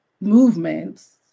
movements